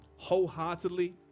wholeheartedly